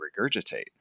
regurgitate